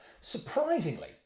Surprisingly